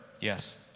Yes